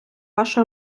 вашу